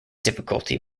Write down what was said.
difficulty